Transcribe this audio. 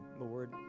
Lord